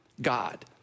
God